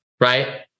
right